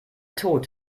tod